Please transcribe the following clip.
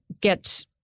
get